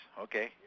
Okay